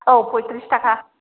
औ फयथ्रिस थाखा